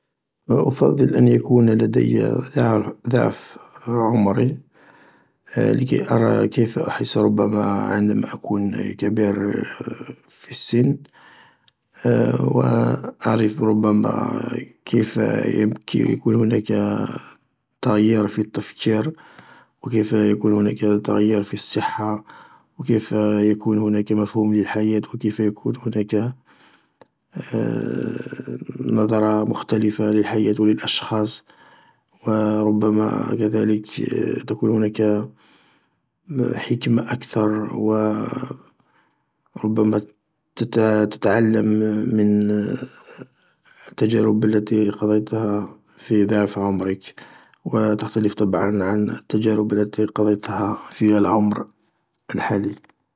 ﻿أفضل أن يكون لدي ضع-ضعف عمري، لكي أرى كيف أحس ربما عندما أكون كبير في السن، و أعرف ربما كيف يمكن أن يكون هناك تغيير في التفكير، و كيف يكون هناك تغيير في الصحة، و كيف يكون هناك مفهوم للحياة و كيف يكون هناك نظرة مختلفة للحياة و للأشخاص. و ربما كذلك تكون هناك حكمة أكثر و ربما تت-تتعلم من التجارب التي قضيتها في ضعف عمرك. و تختلف طبعا عن التجارب التي قضيتها في العمر الحالي.